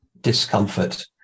discomfort